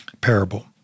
parable